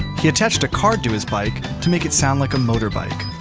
he attached a card to his bike to make it sound like a motorbike.